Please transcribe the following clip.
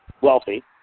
wealthy